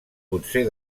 potser